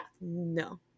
No